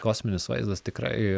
kosminis vaizdas tikrai